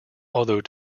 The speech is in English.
although